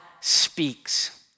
speaks